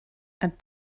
and